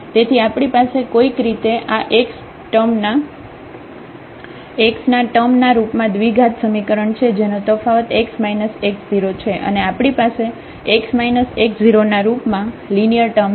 તેથી આપણી પાસે કોઈક રીતે x ના ટર્મ ના રૂપમાં દ્વિઘાત સમીકરણ છે જેનો તફાવત x x0 છે અને આપણી પાસે x x0 ના રૂપમાં લિનિયર ટર્મ છે